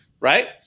Right